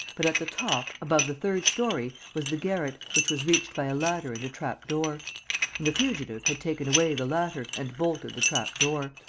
but, at the top, above the third story, was the garret, which was reached by a ladder and a trapdoor. and the fugitive had taken away the ladder and bolted the trapdoor.